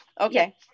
Okay